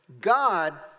God